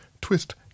twist